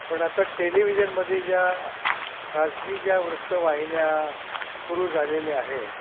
पण आता टेलिव्हिजनमधे ज्या खाजगी ज्या वृत्तवाहिन्या सुरू झालेल्या आहेत